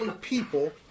people